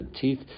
Teeth